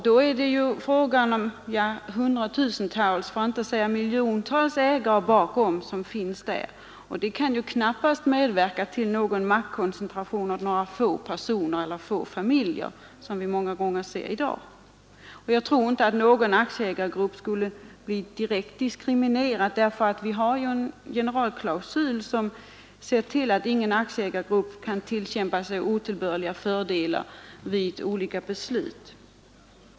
Då är det ju fråga om hundratusentals, för att inte säga miljontals ägare, som står bakom. Detta kan ju knappast medverka till någon maktkoncentration för några få personer eller familjer som man många gånger ser i dag. Jag tror inte att någon aktieägargrupp skulle bli direkt diskriminerad. Vi har en generalklausul som ser till att ingen aktieägargrupp kan tillämpa sig otillbörliga fördelar vid olika beslut.